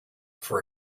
for